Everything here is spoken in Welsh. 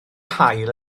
haul